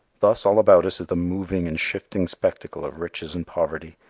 thus all about us is the moving and shifting spectacle of riches and poverty,